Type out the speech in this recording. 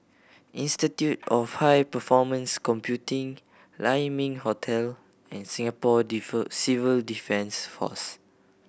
Institute of High Performance Computing Lai Ming Hotel and Singapore Civil Defence Force